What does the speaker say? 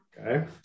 Okay